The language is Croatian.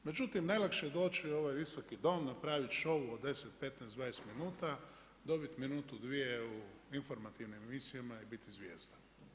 Međutim, najlakše je doći u ovaj Visoki dom, napravit show od 10, 15, 20 minuta, dobit minutu, dvije u informativnim emisijama i biti zvijezda.